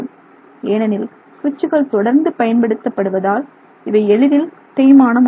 ஏனெனில் சுவிட்ச்சுகள் தொடர்ந்து பயன்படுதப்படுவதால் இவை எளிதில் தேய்மானம் ஆகக் கூடாது